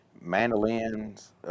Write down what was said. Mandolins